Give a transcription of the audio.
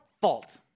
fault